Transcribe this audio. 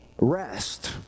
rest